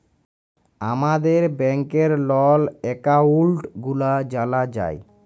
আমাদের ব্যাংকের লল একাউল্ট গুলা জালা যায়